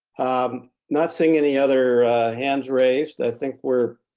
um not seeing any other hands raised, i think we're